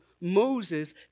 Moses